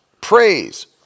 praise